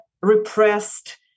repressed